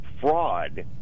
fraud